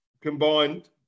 combined